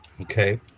Okay